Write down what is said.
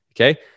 Okay